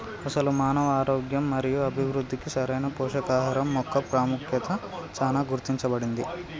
అసలు మానవ ఆరోగ్యం మరియు అభివృద్ధికి సరైన పోషకాహరం మొక్క పాముఖ్యత చానా గుర్తించబడింది